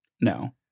No